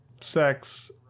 sex